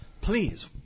Please